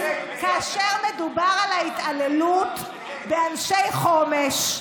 כאשר מדובר על ההתעללות באנשי חומש.